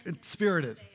Spirited